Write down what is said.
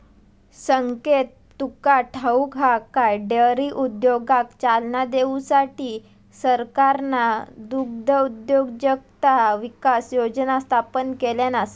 संकेत तुका ठाऊक हा काय, डेअरी उद्योगाक चालना देऊसाठी सरकारना दुग्धउद्योजकता विकास योजना स्थापन केल्यान आसा